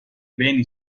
beni